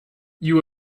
you